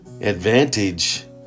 Advantage